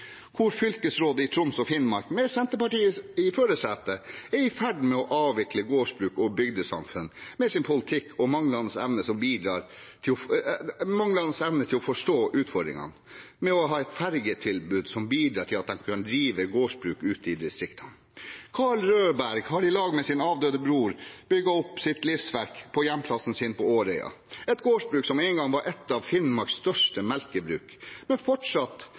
fylkesrådet i Troms og Finnmark med Senterpartiet i førersetet er i ferd med å avvikle gårdsbruk og bygdesamfunn med sin politikk og manglende evne til å forstå utfordringene med ikke å ha et fergetilbud som bidrar til at man kan drive gårdsbruk ute i distriktene. Karl Rødberg har i lag med sin avdøde bror bygd opp sitt livsverk på hjemplassen sin på Årøya – et gårdsbruk som en gang var et av Finnmarks største melkebruk, og som fortsatt